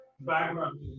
background